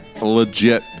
legit